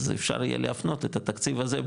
אז אפשר יהיה להפנות את התקציב הזה,